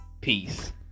peace